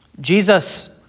Jesus